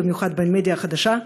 במיוחד במדיה החדשה,